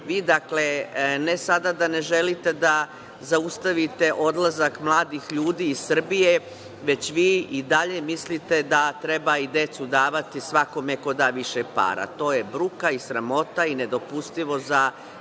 dakle, ne sada da ne želite da zaustavite odlazak mladih ljudi iz Srbije, već vi i dalje mislite da treba i decu davati svakome ko da više para. To je bruka i sramota i nedopustivo za svaku